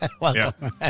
Welcome